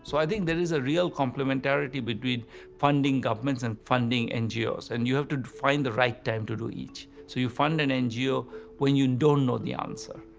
so i think there is a real complementarity between funding governments and funding ngos and you have to find the right time to do each. so you fund an ngo when you don't know the answer,